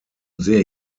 see